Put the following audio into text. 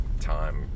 Time